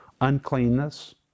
uncleanness